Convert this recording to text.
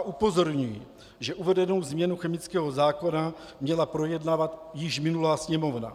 Upozorňuji, že uvedenou změnu chemického zákona měla projednávat již minulá Sněmovna.